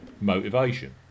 Motivation